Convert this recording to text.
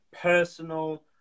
personal